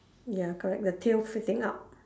ya correct the tail sitting up